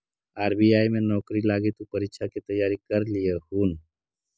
RBI में नौकरी लागी तु परीक्षा के तैयारी कर लियहून